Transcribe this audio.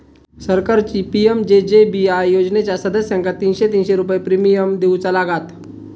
सरकारची पी.एम.जे.जे.बी.आय योजनेच्या सदस्यांका तीनशे तीनशे रुपये प्रिमियम देऊचा लागात